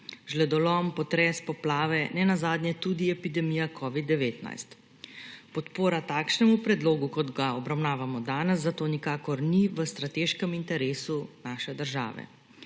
Žledolom, potres, poplave, ne nazadnje tudi epidemija covida-19. Podpora takšnemu predlogu, kot ga obravnavamo danes, zato nikakor ni v strateškem interesu naše države.